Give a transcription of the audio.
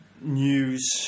news